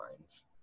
lines